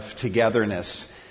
togetherness